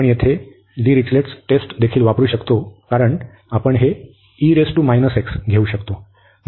आपण येथे Dirichlet test देखील वापरू शकतो कारण आपण हे घेऊ शकतो